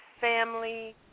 family